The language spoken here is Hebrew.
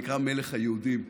הוא נקרא "מלך היהודים".